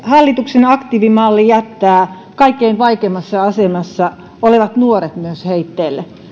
hallituksen aktiivimalli jättää kaikkein vaikeimmassa asemassa olevat nuoret heitteille